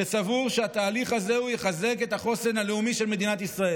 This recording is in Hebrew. שסבור שהתהליך הזה יחזק את החוסן הלאומי של מדינת ישראל.